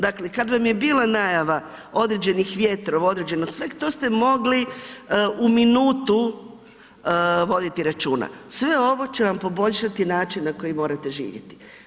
Dakle, kad vam je bila najava određenih vjetrova, određenog sveg to ste mogli u minutu voditi računa, sve ovo će vam poboljšati način na koji morate živjeti.